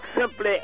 simply